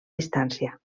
distància